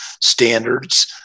standards